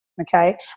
Okay